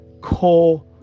core